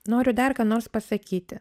noriu dar ką nors pasakyti